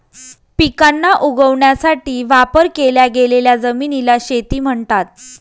पिकांना उगवण्यासाठी वापर केल्या गेलेल्या जमिनीला शेती म्हणतात